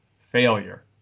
failure